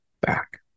back